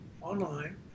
online